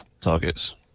targets